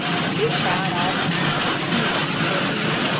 she tried all kind of cures for him,